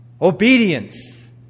Obedience